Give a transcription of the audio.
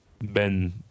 Ben